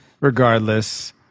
regardless